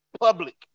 Public